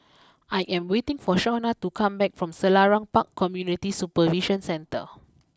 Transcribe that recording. I am waiting for Shaunna to come back from Selarang Park Community Supervision Centre